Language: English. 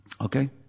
Okay